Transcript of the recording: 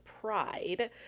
pride